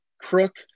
crook